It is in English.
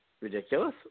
ridiculous